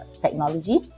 technology